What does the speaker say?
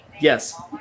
Yes